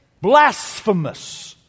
blasphemous